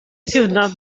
ddiwrnod